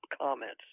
comments